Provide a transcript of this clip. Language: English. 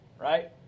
right